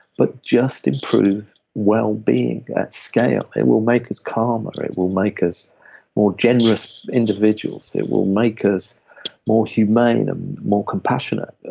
but just improve wellbeing at scale. it will make us calmer it will make us more generous individuals. individuals. it will make us more humane and more compassionate,